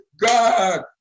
God